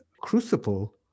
crucible